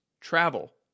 travel